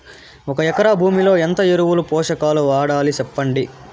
ఒక ఎకరా భూమిలో ఎంత ఎరువులు, పోషకాలు వాడాలి సెప్పండి?